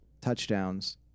touchdowns